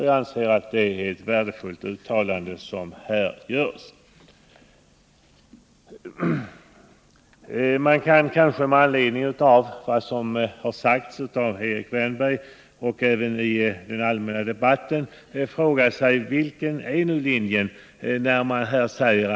Jag anser att det är ett värdefullt uttalande som här görs: Man kan med anledning av vad som har sagts av Erik Wärnberg och även i den allmänna debatten, fråga sig: Vilken är nu den socialdemokratiska linjen?